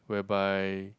whereby